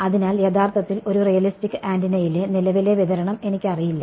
അതിനാൽ യഥാർത്ഥത്തിൽ ഒരു റിയലിസ്റ്റിക് ആന്റിനയിലെ നിലവിലെ വിതരണം എനിക്കറിയില്ല